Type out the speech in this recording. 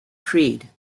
creed